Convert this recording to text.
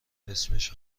اسمش